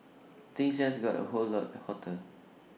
things just got A whole lot hotter